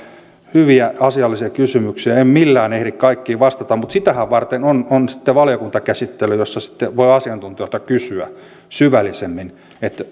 hyviä asiallisia kysymyksiä en millään ehdi kaikkiin vastata mutta sitähän varten on on sitten valiokuntakäsittely jossa sitten voi asiantuntijoilta kysyä syvällisemmin